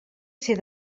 ser